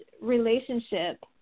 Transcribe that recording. relationship